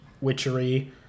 witchery